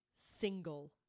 single